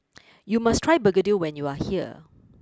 you must try Begedil when you are here